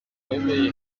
wemeye